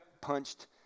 punched